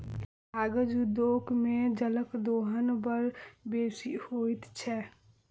कागज उद्योग मे जलक दोहन बड़ बेसी होइत छै